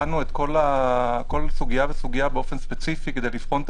בחנו כל סוגיה וסוגיה באופן ספציפי כדי לבחון את